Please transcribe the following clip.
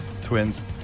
Twins